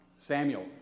Samuel